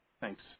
Thanks